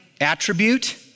attribute